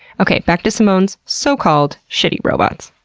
okay, back to simone's so-called, shitty robots.